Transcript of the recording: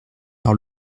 par